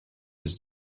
his